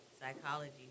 psychology